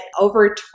over